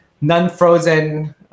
non-frozen